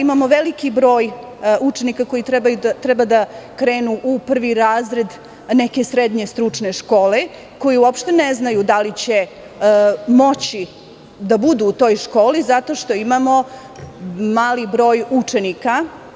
Imamo veliki broj učenika koji treba da krenu u prvi razred neke srednje stručne škole, koji uopšte ne znaju da li će moći da budu u toj školi, zato što imamo mali broj učenika.